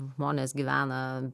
žmonės gyvena